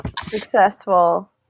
successful